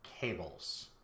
cables